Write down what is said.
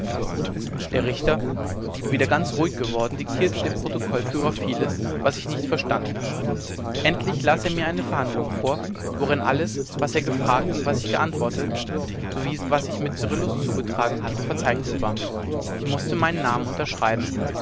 der richter wieder ganz ruhig geworden diktierte dem protokollführer vieles was ich nicht verstand endlich las er mir eine verhandlung vor worin alles was er gefragt und was ich geantwortet sowie was sich mit cyrillus zugetragen hatte verzeichnet war ich mußte meinen namen unterschreiben